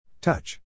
Touch